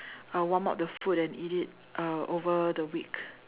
I'll warm up the food and eat it uh over the week